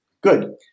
Good